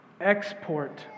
export